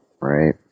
Right